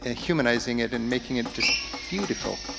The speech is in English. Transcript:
and humanizing it and making it just beautiful,